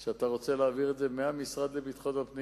כך שאתה רוצה להעביר את זה מהמשרד לביטחון הפנים